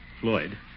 Floyd